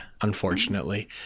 Unfortunately